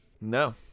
No